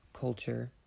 culture